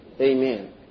Amen